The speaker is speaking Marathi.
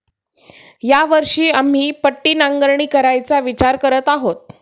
या वर्षी आम्ही पट्टी नांगरणी करायचा विचार करत आहोत